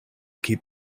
keep